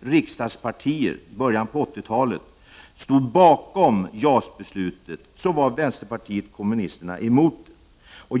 riksdagspartier i början av 1980-talet stod bakom JAS-beslutet var vänsterpartiet kommunisterna som det femte partiet emot projektet.